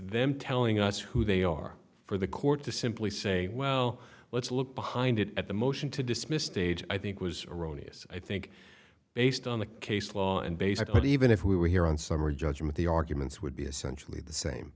vamp telling us who they are for the court to simply say well let's look behind it at the motion to dismiss stage i think was erroneous i think based on the case law and basic but even if we were here on summary judgment the arguments would be essentially the same